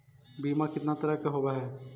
बीमा कितना तरह के होव हइ?